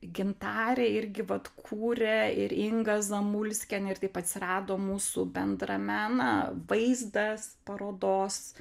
gintarė irgi vat kūrė ir inga zamulskienė ir taip atsirado mūsų bendrame na vaizdas parodos